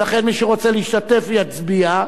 ולכן מי שרוצה להשתתף, יצביע,